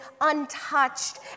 untouched